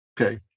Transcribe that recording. okay